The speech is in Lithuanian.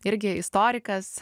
irgi istorikas